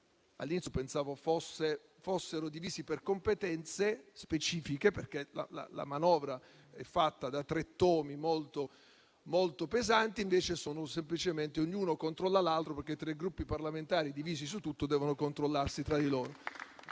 all'inizio pensavo fosse fossero divisi per competenze specifiche, perché la manovra è fatta di tre tomi molto pesanti, invece semplicemente ognuno controlla l'altro, perché tre Gruppi parlamentari divisi su tutto devono controllarsi tra di loro.